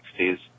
1960s